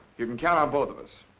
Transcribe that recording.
you can count on both of us.